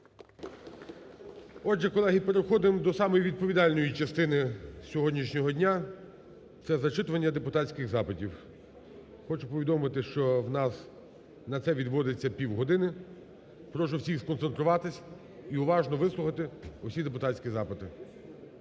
Отже, колеги, переходимо до самої відповідальної частини сьогоднішнього дня, це зачитування депутатських запитів. Хочу повідомити, що в нас на це відводиться півгодини. Прошу всіх сконцентруватися і уважно вислухати усі депутатські запити.